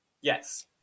Yes